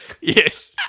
Yes